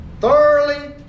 thoroughly